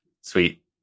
Sweet